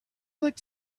looked